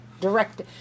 direct